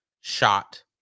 shot